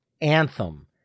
anthem